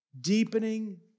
deepening